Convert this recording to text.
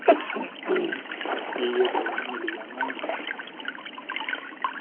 ठीक ऐ भी कोई निं लेई जाङन